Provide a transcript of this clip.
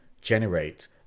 generate